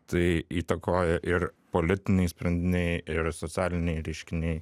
tai įtakoja ir politiniai sprendiniai ir socialiniai reiškiniai